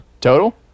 total